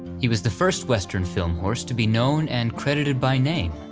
he was the first western film horse to be known and credited by name.